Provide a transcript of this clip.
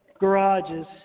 garages